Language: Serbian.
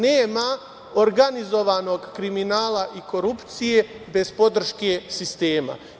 Nema organizovanog kriminala i korupcije bez podrške sistema.